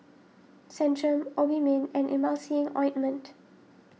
Centrum Obimin and Emulsying Ointment